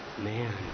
man